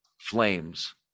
flames